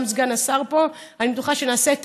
גם סגן השר פה: אני בטוחה שנעשה את